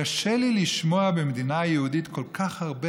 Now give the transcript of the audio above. קשה לי לשמוע במדינה יהודית כל כך הרבה